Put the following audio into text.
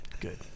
Good